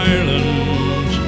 Ireland